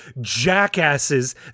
jackasses